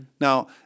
Now